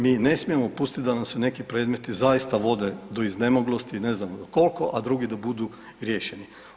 Mi ne smijemo dopustiti da nam se neki predmeti zaista vode do iznemoglosti i ne znam do kolko, a drugi da budu riješeni.